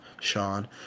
Sean